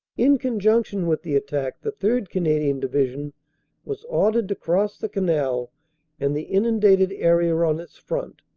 in conjunction with the attack the third. canadian divi sion was ordered to cross the canal and the inundated area on its front,